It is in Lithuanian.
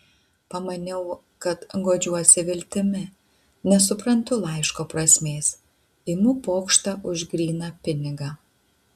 pamaniau kad guodžiuosi viltimi nesuprantu laiško prasmės imu pokštą už gryną pinigą